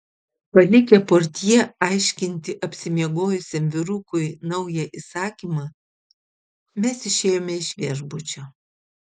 palikę portjė aiškinti apsimiegojusiam vyrukui naują įsakymą mes išėjome iš viešbučio